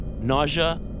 Nausea